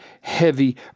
heavy